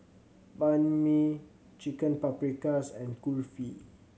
Banh Mi Chicken Paprikas and Kulfi